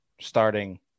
starting